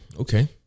okay